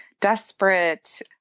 desperate